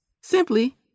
Simply